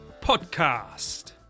podcast